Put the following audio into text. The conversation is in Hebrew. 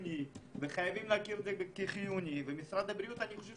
חייבים להכיר בכך שזה חיוני, אני חושב